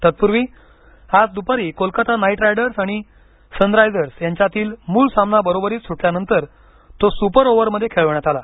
तत्पूर्वी आज दुपारी कोलकाता नाईट रायडर्स आणि सनरायझर्स यांच्यातील मूळ सामना बरोबरीत सुटल्यानंतर तो सुपर ओव्हर मध्ये खेळवण्यात आला